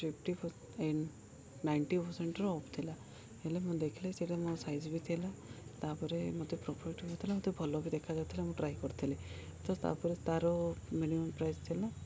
fifty ninety percent off ଥିଲା ହେଲେ ମୁଁ ଦେଖିଲି ସେଇଟା ମୋ ସାଇଜ୍ବି ଥିଲା ତା'ପରେ ମତେ ହଉଥିଲା ମତେ ଭଲ ବି ଦେଖା ଯାଉଥିଲା ମୁଁ ଟ୍ରାଏ କରିଥିଲି ତ ତା'ପରେ ତାର ମିନିମମ୍ ପ୍ରାଇସ୍ ଥିଲା